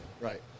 Right